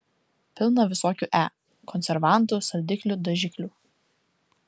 pilna visokių e konservantų saldiklių dažiklių